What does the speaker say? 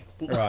Right